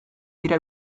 dira